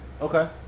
Okay